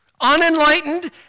unenlightened